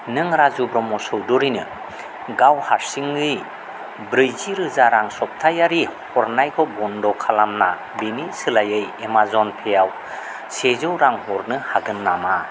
नों राजु ब्रह्म' चौधुरिनो गाव हारसिङै ब्रैजि रोजा रां सप्तायारि हरनायखौ बन्द' खालामना बेनि सोलायै एमाजन पेआव सेजौ रां हरनो हागोन नामा